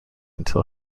until